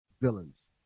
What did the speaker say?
villains